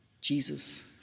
Jesus